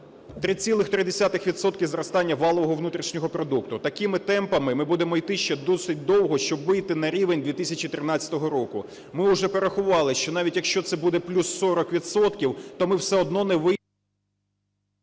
– зростання валового внутрішнього продукту. Такими темпами ми будемо йти ще досить довго, щоб вийти на рівень 2013 року. Ми вже порахували, що навіть якщо це буде плюс 40 відсотків, то ми все одно не вийдемо…